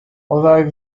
although